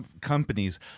companies